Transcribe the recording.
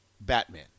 Batman